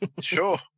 sure